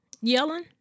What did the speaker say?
Yelling